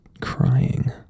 crying